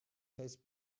has